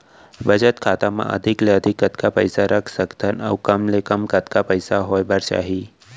बचत खाता मा अधिक ले अधिक कतका पइसा रख सकथन अऊ कम ले कम कतका पइसा होय बर चाही?